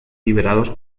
liberados